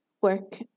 work